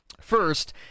First